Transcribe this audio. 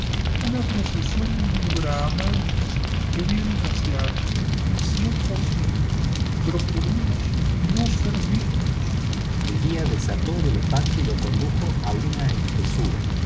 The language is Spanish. una procesión de brahmanes que vienen hacia aquí si es posible procuremos no ser vistos el guía desató al elefante y lo condujo a una espesura